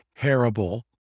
terrible